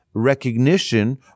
recognition